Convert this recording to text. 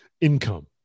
income